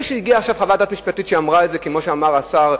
זה שהגיעה עכשיו חוות דעת משפטית שאמרה את זה כמו שאמר השר,